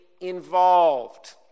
involved